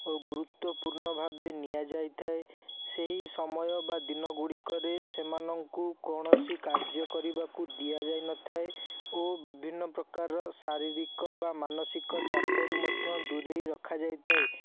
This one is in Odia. ଓ ଗୁରୁତ୍ବପୂର୍ଣ୍ଣ ଭାବେ ନିଆଯାଇଥାଏ ସେଇ ସମୟ ବା ଦିନ ଗୁଡ଼ିକରେ ସେମାନଙ୍କୁ କୌଣସି କାର୍ଯ୍ୟ କରିବାକୁ ଦିଆ ଯାଇନଥାଏ ଓ ବିଭିନ୍ନ ପ୍ରକାର ଶାରୀରିକ ବା ମାନସିକ ଚାପରୁ ମଧ୍ୟ ଦୂରେଇ ରଖାଯାଇଥାଏ